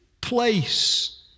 place